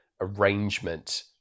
arrangement